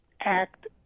act